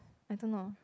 I don't know